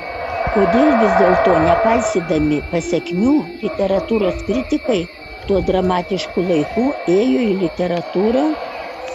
kodėl vis dėlto nepaisydami pasekmių literatūros kritikai tuo dramatišku laiku ėjo į literatūrą